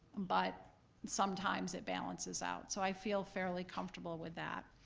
um but sometimes, it balances out. so i feel fairly comfortable with that.